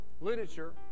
literature